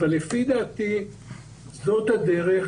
אבל לפי דעתי זאת הדרך,